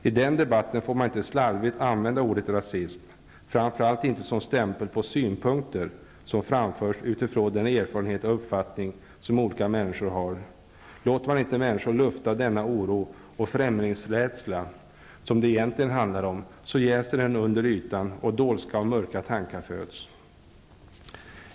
I den debatten får man inte slarvigt använda ordet rasism, framför allt inte som en stämpel på synpunkter som framförs utifrån den erfarenhet och uppfattning som olika människor har. Låter man inte människor lufta den oro och främlingsrädsla som det egentligen handlar om, jäser den under ytan, och dolska och mörka tankar föds.